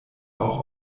auch